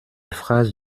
phrases